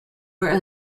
where